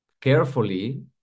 carefully